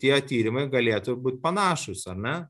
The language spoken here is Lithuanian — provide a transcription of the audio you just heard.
tie tyrimai galėtų būt panašūs ar ne